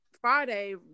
Friday